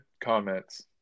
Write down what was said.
comments